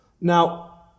Now